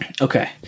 Okay